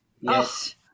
Yes